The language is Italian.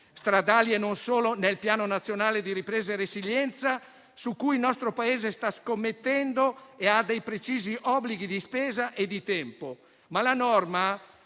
di quelle contenute nel Piano nazionale di ripresa e resilienza, su cui il nostro Paese sta scommettendo e ha precisi obblighi di spesa e di tempo; la norma